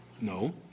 No